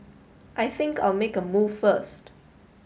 I think I'll make a move first